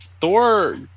Thor